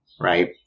right